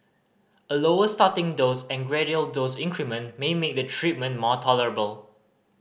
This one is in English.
a lower starting dose and gradual dose increment may make the treatment more tolerable